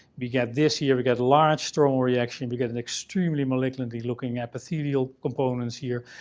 we get this here. we get a large stromal reaction. we get an extremely malignant-looking epithelial component, here.